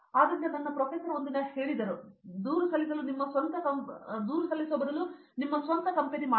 ಆದ್ದರಿಂದ ನನ್ನ ಪ್ರೊಫೆಸರ್ ಒಂದು ದಿನ ಹೇಳಿದರು ದೂರು ನಿಲ್ಲಿಸಲು ನಿಮ್ಮ ಸ್ವಂತ ಕಂಪನಿ ಮಾಡಿ